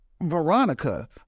Veronica